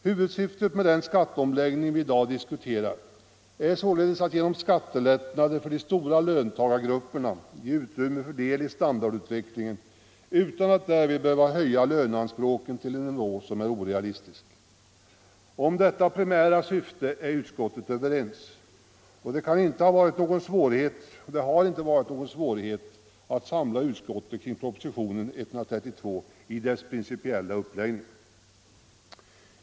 Huvudsyftet med den skatteomläggning vi i dag diskuterar är således att genom skattelättnader för de stora löntagargrupperna ge utrymme för del i standardutvecklingen utan att man därvid behöver höja löneanspråken till en nivå som är orealistisk. Om detta primära syfte är utskottet överens, och det har inte varit någon svårighet att samla utskottet kring propositionen 132 i dess principiella uppläggning.